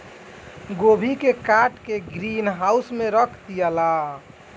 गोभी के काट के ग्रीन हाउस में रख दियाला